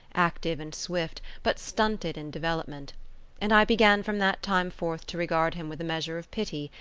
active and swift, but stunted in development and i began from that time forth to regard him with a measure of pity,